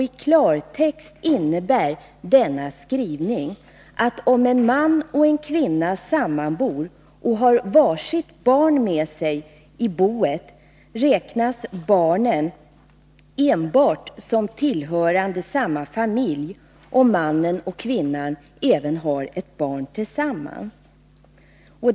I klartext innehåller denna skrivning, att om en man och en kvinna sammanbor och har var sitt barn med sig i boet, räknas barnen enbart som tillhörande samma familj, om mannen och kvinnan även har ett barn tillsammans.